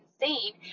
insane